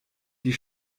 die